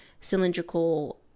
cylindrical